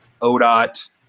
ODOT